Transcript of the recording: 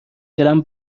دلم